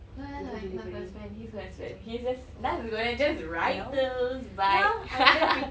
no naz ha~ have to spend he's going to spend he's just naz is going to just ride those bike